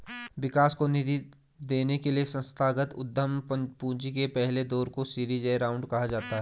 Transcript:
विकास को निधि देने के लिए संस्थागत उद्यम पूंजी के पहले दौर को सीरीज ए राउंड कहा जाता है